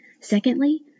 Secondly